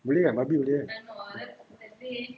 bila like babi boleh kan